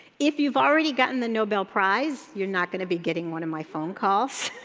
if you've already gotten the nobel prize, you're not gonna be getting one of my phone calls.